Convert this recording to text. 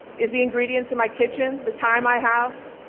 is the ingredients in my kitchen, the time i have,